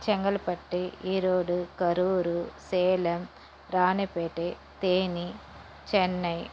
Chengalpattu Erode Karur Salem Ranipet Theni Chennai